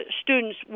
students